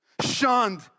shunned